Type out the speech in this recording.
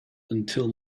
until